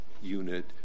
unit